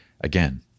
again